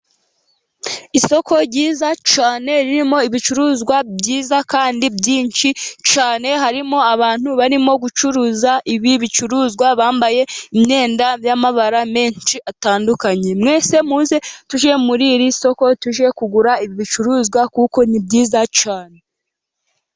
Isoko ryiza cyane ririmo ibicuruzwa byiza kandi byinshi cyane, harimo abantu barimo gucuruza ibi bicuruzwa, bambaye imyenda y'amabara menshi atandukanye. Mwese muze tujye muri iri soko tujye kugura ibi bicuruzwa kuko ni byiza cyane.